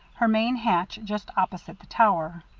her main hatch just opposite the tower.